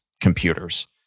computers